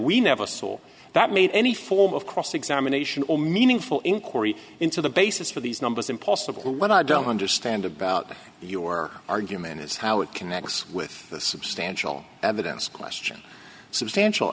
we never saw that made any form of cross examination or meaningful inquiry into the basis for these numbers impossible when i don't understand about your argument is how it connects with the substantial evidence question substantial